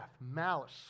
malice